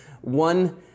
one